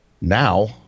now